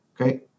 Okay